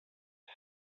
had